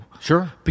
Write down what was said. Sure